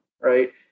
Right